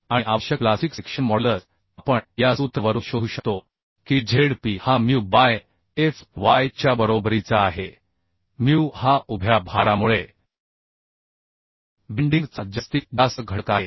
आणि आवश्यक plastic section modulus आपण या सूत्रावरून शोधू शकतो की z p हा म्यु बाय f y च्या बरोबरीचा आहे म्यू हा उभ्या भारामुळे बेंडिंग चा जास्तीत जास्त घटक आहे